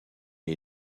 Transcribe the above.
est